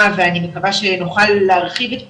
ואני מקווה שנוכל להרחיב את פעולתה.